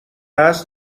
هست